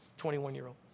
21-year-old